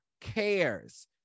cares